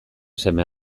seme